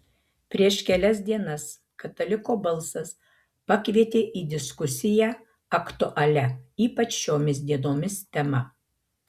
prieš kelias dienas kataliko balsas pakvietė į diskusiją aktualia ypač šiomis dienomis tema